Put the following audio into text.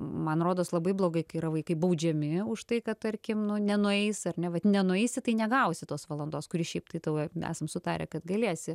man rodos labai blogai kai yra vaikai baudžiami už tai kad tarkim nuo nenueis ar ne vat nenueisi tai negausi tos valandos kuri šiaip tai tavo esam sutarę kad galėsi